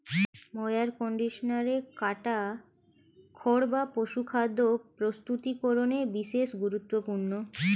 mower কন্ডিশনারে কাটা খড় বা পশুখাদ্য প্রস্তুতিকরনে বিশেষ গুরুত্বপূর্ণ